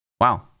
Wow